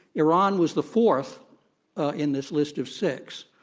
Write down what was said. iran was the fourth in this list of six,